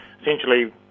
essentially